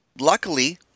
Luckily